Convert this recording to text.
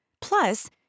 Plus